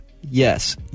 yes